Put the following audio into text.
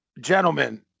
Gentlemen